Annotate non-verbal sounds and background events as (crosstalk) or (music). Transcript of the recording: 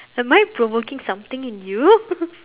am I provoking something in you (laughs)